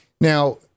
Now